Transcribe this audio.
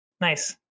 Nice